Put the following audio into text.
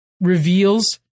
reveals